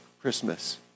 Christmas